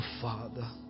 Father